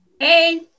Hey